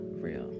real